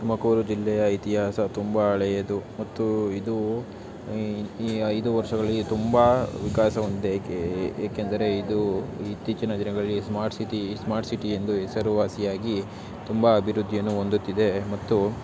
ತುಮಕೂರು ಜಿಲ್ಲೆಯ ಇತಿಹಾಸ ತುಂಬ ಹಳೆಯದು ಮತ್ತು ಇದು ಈ ಈ ಐದು ವರ್ಷಗಳಿಗೆ ತುಂಬ ವಿಕಾಸ ಹೊಂದಿ ಏಕೆ ಏಕೆಂದರೆ ಇದು ಇತ್ತೀಚಿನ ದಿನಗಳಲ್ಲಿ ಸ್ಮಾರ್ಟ್ ಸಿಟೀ ಸ್ಮಾರ್ಟ್ ಸಿಟಿ ಎಂದು ಹೆಸರುವಾಸಿಯಾಗಿ ತುಂಬ ಅಭಿವೃದ್ಧಿಯನ್ನು ಹೊಂದುತ್ತಿದೇ ಮತ್ತು